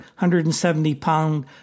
170-pound